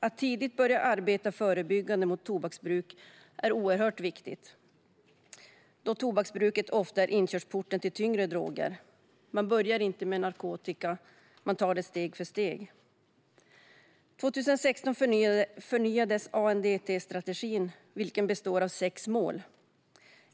Att tidigt börja arbeta förebyggande mot tobaksbruk är oerhört viktigt eftersom tobaksbruket ofta är inkörsporten till tyngre droger. Man börjar inte med narkotika, utan man tar det steg för steg. År 2016 förnyades ANDT-strategin, vilken består av sex mål.